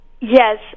Yes